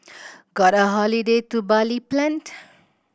got a holiday to Bali planned